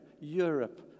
Europe